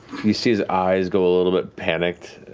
you see his eyes go a little bit panicked.